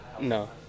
No